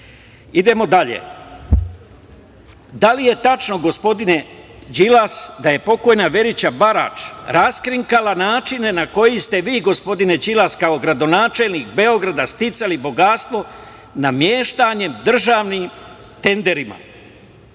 dalje. Da li je tačno, gospodine Đilas, da je pokojna Verica Barać raskrinkala načine na koje ste vi, gospodine Đilas, kao gradonačelnik Beograda sticali bogatstvo nameštanjem državnih tendera?